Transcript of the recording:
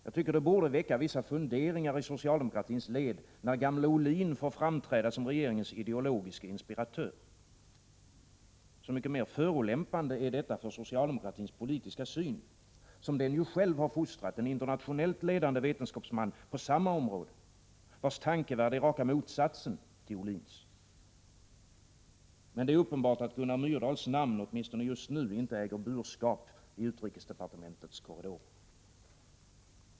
Nog borde det väcka funderingar i socialdemokratins led, när gamle Ohlin får framträda som regeringens ideologiske inspiratör. Så mycket mer förolämpande är detta för socialdemokratins politiska syn som den ju själv har fostrat en internationellt ledande vetenskapsman på samma område, vars hela tankevärld är raka motsatsen till Ohlins. Men det är uppenbart att Gunnar Myrdals namn åtminstone just nu inte äger burskap i utrikesdepartementets korridorer.